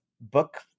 book